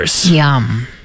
Yum